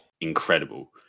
incredible